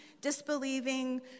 disbelieving